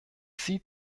sie